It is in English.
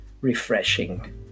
refreshing